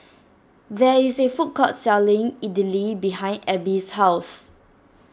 there is a food court selling Idili behind Abby's house